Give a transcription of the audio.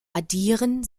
addieren